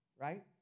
right